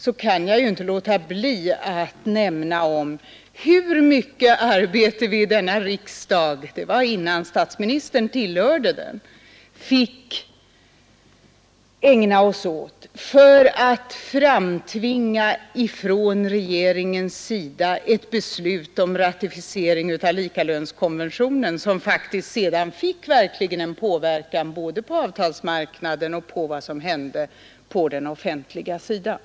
Då kan jag inte låta bli att nämna vilket enträget arbete som krävdes i riksdagen för att framtvinga ett regeringsbeslut om ratificering av likalönskonventionen, ett beslut som sedan verkligen kom att påverka avtalen såväl på den privata som på den offentliga sektorn.